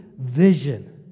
vision